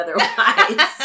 otherwise